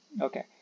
Okay